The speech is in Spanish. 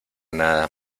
nada